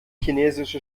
chinesische